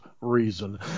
reason